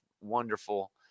wonderful